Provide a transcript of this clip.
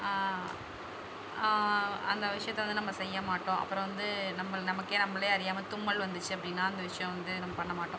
அந்த விஷயத்தை வந்து நம்ம செய்ய மாட்டோம் அப்புறம் வந்து நம்மளை நமக்கே நம்மளே அறியாமல் தும்மல் வந்துச்சு அப்படின்னா அந்த விஷயம் வந்து நம்ம பண்ண மாட்டோம்